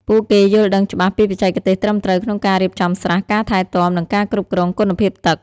ពួកគេយល់ដឹងច្បាស់ពីបច្ចេកទេសត្រឹមត្រូវក្នុងការរៀបចំស្រះ ការថែទាំ និងការគ្រប់គ្រងគុណភាពទឹក។